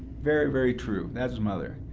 very, very true. that's mother.